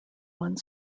one